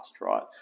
right